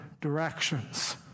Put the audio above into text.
directions